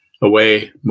away